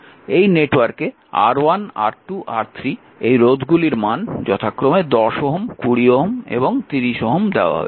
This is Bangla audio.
এই নেটওয়ার্কে R1 R2 R3 এই রোধগুলির মান যথাক্রমে 10Ω 20Ω এবং 30Ω দেওয়া হয়েছে